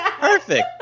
Perfect